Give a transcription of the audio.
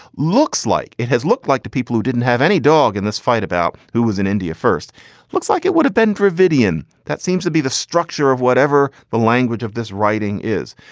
looks like it has looked like to people who didn't have any dog in this fight about who was in india first looks like it would have been dravidian. that seems to be the structure of whatever the language of this writing is.